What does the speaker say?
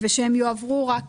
הנתונים יועברו רק